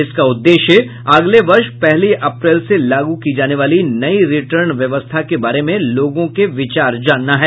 इसका उद्देश्य अगले वर्ष पहली अप्रैल से लागू की जाने वाली नयी रिटर्न व्यवस्था के बारे में लोगों के विचार जानना है